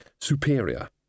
superior